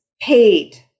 paid